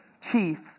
chief